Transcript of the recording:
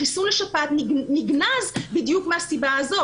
החיסון לשפעת נגנז בדיוק מהסיבה הזאת.